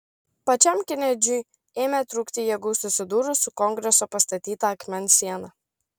pačiam kenedžiui ėmė trūkti jėgų susidūrus su kongreso pastatyta akmens siena